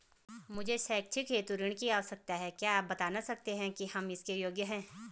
मुझे शैक्षिक हेतु ऋण की आवश्यकता है क्या आप बताना सकते हैं कि हम इसके योग्य हैं?